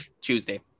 tuesday